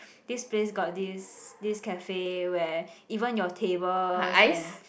this place got this this cafe where even your tables and